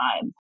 time